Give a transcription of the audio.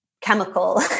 chemical